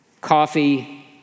coffee